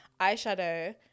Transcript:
eyeshadow